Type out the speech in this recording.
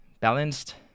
Balanced